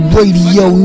Radio